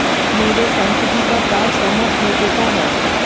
मेरे सांख्यिकी का पाठ समाप्त हो चुका है